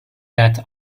that